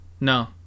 No